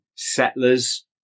Settlers